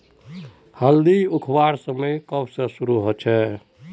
हल्दी उखरवार समय कब से शुरू होचए?